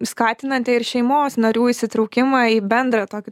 skatinate ir šeimos narių įsitraukimą į bendrą tokį